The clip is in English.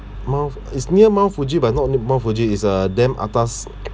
mount is near mount fuji but not near mount fuji is a damn atas